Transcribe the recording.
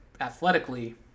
athletically